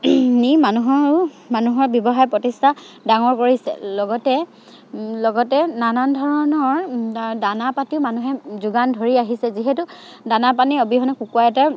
নি মানুহৰো মানুহৰ ব্যৱসায় প্ৰতিষ্ঠা ডাঙৰ কৰিছে লগতে লগতে নানান ধৰণৰ দানা পাতিও মানুহে যোগান ধৰি আহিছে যিহেতু দানা পানী অবিহনে কুকুৰা এটাৰ